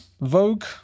Vogue